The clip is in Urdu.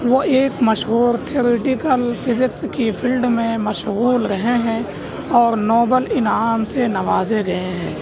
وہ ایک مشہور تھیروٹیکل فزکس کی فیلڈ میں مشغول رہے ہیں اور نوبل انعام سے نوازے گئے ہیں